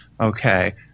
okay